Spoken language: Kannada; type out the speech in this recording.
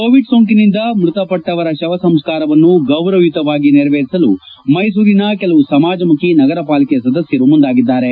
ಕೋವಿಡ್ ಸೋಂಕಿನಿಂದ ಮೃತಪಟ್ಟವರು ಶವ ಸಂಸ್ಥಾರವನ್ನು ಗೌರವಯುತವಾಗಿ ನೆರವೇರಿಸಲು ಮೈಸೂರಿನ ಕೆಲವು ಸಮಾಜಮುಖಿ ನಗರ ಪಾಲಿಕೆ ಸದಸ್ಟರು ಮುಂದಾಗಿದ್ದಾರೆ